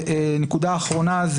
נקודה אחרונה.